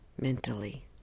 mentally